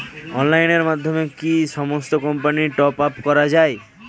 অনলাইনের মাধ্যমে কি সমস্ত কোম্পানির টপ আপ করা যায়?